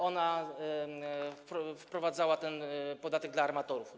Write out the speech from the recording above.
Ona wprowadzała ten podatek dla armatorów.